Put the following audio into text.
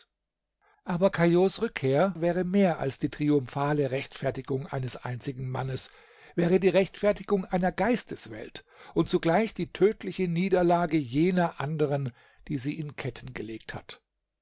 aber caillaux rückkehr wäre mehr als die triumphale rechtfertigung eines einzigen mannes wäre die rechtfertigung einer geisteswelt und zugleich die tödliche niederlage jener andern die sie in ketten gelegt hat